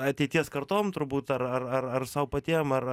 ateities kartom turbūt ar ar ar sau patiem ar